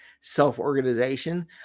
self-organization